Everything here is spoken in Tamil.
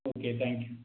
ம் ஓகே தேங்க் யூ